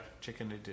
chicken